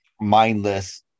mindless